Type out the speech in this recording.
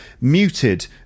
Muted